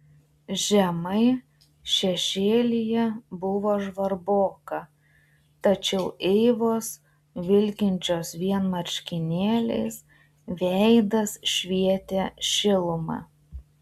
žemai šešėlyje buvo žvarboka tačiau eivos vilkinčios vien marškinėliais veidas švietė šiluma